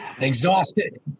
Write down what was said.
Exhausted